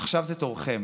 עכשיו זה תורכם.